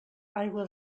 aigua